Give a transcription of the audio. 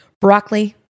Broccoli